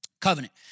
Covenant